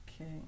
Okay